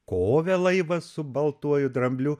kove laivas su baltuoju drambliu